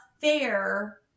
fair